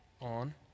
on